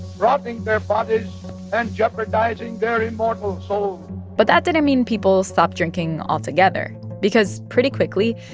robbing their fathers and jeopardizing their immortal souls but that didn't mean people stopped drinking altogether because pretty quickly,